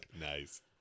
Nice